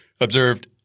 observed